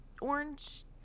orange